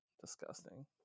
disgusting